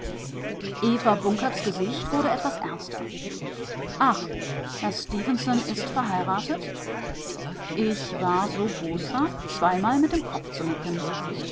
gesicht wurde etwas ernster ach herr stefenson ist verheiratet ich war so boshaft zweimal mit dem kopf zu nicken